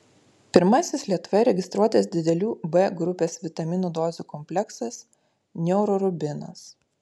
pirmasis lietuvoje registruotas didelių b grupės vitaminų dozių kompleksas neurorubinas